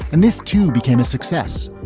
and this, too, became a success.